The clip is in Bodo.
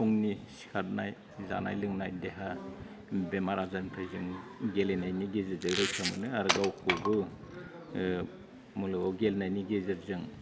फुंनि सिखारनाय जानाय लोंनाय देहा बेमार आजारनिफ्राय जों गेलेनायनि गेजेरजों रैखा मोनो आरो गावखौबो मुलुगाव गेलेनायनि गेजेरजों